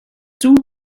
two